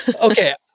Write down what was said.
Okay